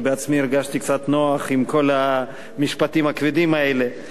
כי בעצמי הרגשתי קצת לא נוח עם כל המשפטים הכבדים האלה.